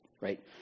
right